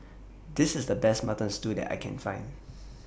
This IS The Best Mutton Stew that I Can Find